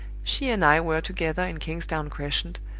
she and i were together in kingsdown crescent,